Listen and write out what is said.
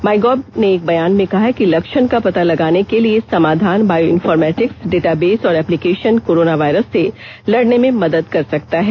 MyGov ने एक बयान में कहा है कि लक्षण का पता लगाने के लिए समाधान बायो इन्फोर्मेटिक्स डेटाबेस और एप्लीकेशन कोरोनावायरस से लड़ने में मदद कर सकता है